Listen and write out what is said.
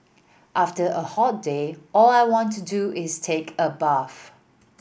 after a hot day all I want to do is take a bath